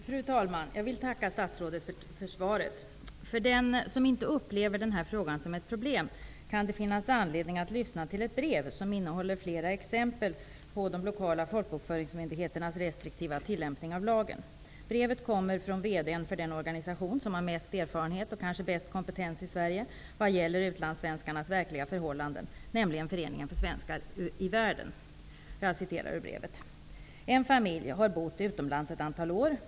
Fru talman! Jag vill tacka statsrådet för svaret. För den som inte upplever denna fråga som ett problem kan det finnas anledning att lyssna till ett brev som innehåller flera exempel på de lokala folkbokföringsmyndigheternas restriktiva tillämpning av lagen. Brevet kommer från VD:n för den organisation som har mest erfarenhet och kanske bäst kompetens i Sverige vad gäller utlandssvenskarnas verkliga förhållanden, nämligen Föreningen för Svenskar i Världen. Jag citerar ur brevet: ''En familj har bott utomlands ett antal år.